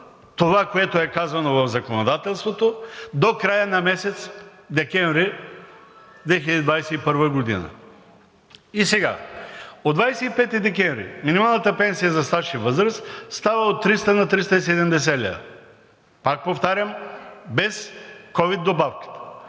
това, което е казано в законодателството – до края на месец декември 2021 г. От 25 декември минималната пенсия за стаж и възраст става от 300 на 370 лв. Пак повтарям, без ковид добавката.